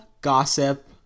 gossip